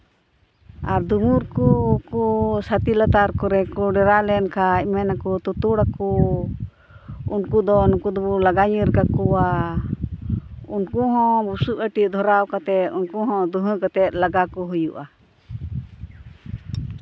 ᱟᱨ ᱫᱩᱢᱩᱨ ᱠᱚᱠᱚ ᱥᱟᱛᱮ ᱞᱟᱛᱟᱨ ᱠᱚᱨᱮ ᱠᱚ ᱰᱮᱨᱟ ᱞᱮᱱᱠᱷᱟᱱ ᱢᱮᱱᱟᱠᱚ ᱛᱳᱛᱳᱲᱟᱠᱚ ᱩᱱᱠᱩᱫᱚ ᱩᱱᱠᱩ ᱫᱚᱵᱚ ᱞᱟᱜᱟ ᱧᱤᱨ ᱠᱟᱠᱚᱣᱟ ᱩᱱᱠᱩᱦᱚᱸ ᱵᱩᱥᱩᱯ ᱟᱹᱴᱤ ᱫᱷᱚᱨᱟᱣ ᱠᱟᱛᱮᱫ ᱩᱱᱠᱩ ᱦᱚᱸ ᱫᱷᱩᱸᱣᱟ ᱠᱟᱛᱮᱫ ᱞᱟᱜᱟ ᱠᱚ ᱦᱩᱭᱩᱜᱼᱟ